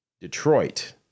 Detroit